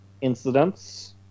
incidents